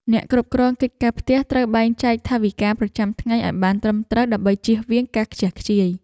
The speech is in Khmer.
អ្នកគ្រប់គ្រងកិច្ចការផ្ទះត្រូវបែងចែកថវិកាប្រចាំថ្ងៃឱ្យបានត្រឹមត្រូវដើម្បីចៀសវាងការខ្ជះខ្ជាយ។